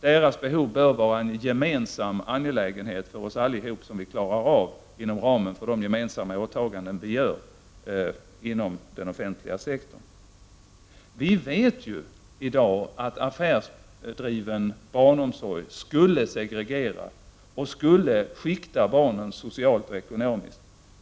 Deras behov bör vara en gemensam angelägenhet för oss alla, som vi klarar av inom ramen för de gemensamma åtaganden vi gör inom den offentliga sektorn. Vi vet i dag att affärsdriven barnomsorg skulle segregera, skikta barnen socialt och ekonomiskt.